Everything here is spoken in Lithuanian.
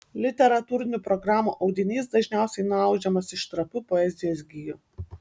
literatūrinių programų audinys dažniausiai nuaudžiamas iš trapių poezijos gijų